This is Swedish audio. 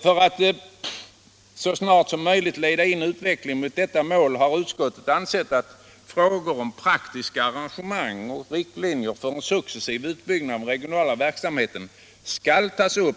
För att så snart som möjligt leda in utvecklingen mot detta mål har utskottet ansett att frågor om riktlinjer och praktiska arrangemang för en successiv utbyggnad av den regionala verksamheten bör tas upp